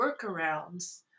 workarounds